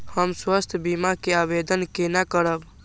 हम स्वास्थ्य बीमा के आवेदन केना करब?